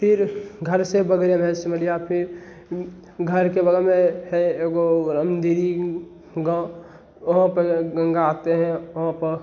फ़िर घर से बगरे में है सिमरिया फ़िर घर के बगल में है एगो गाँव वहाँ पहले गंगा आते हैं वहाँ प